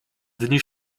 dni